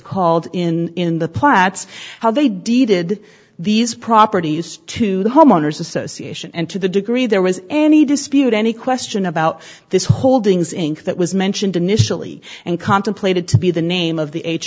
called in in the platts how they deeded these properties to the homeowners association and to the degree there was any dispute any question about this holdings inc that was mentioned initially and contemplated to be the name of the h